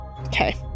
Okay